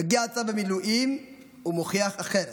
מגיע צו המילואים ומוכיח אחרת.